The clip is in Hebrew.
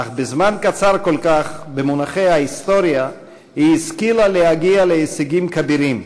אך בזמן קצר כל כך במונחי ההיסטוריה היא השכילה להגיע להישגים כבירים,